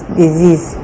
disease